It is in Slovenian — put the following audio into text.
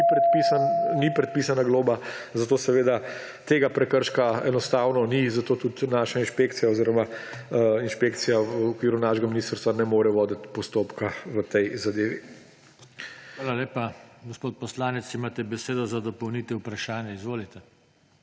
ni predpisana globa, zato seveda tega prekrška enostavno ni in zato tudi naša inšpekcija oziroma inšpekcija v okviru našega ministrstva ne more voditi postopka v tej zadevi. **PODPREDSEDNIK JOŽE TANKO:** Hvala lepa. Gospod poslanec, imate besedo za dopolnitev vprašanja. Izvolite.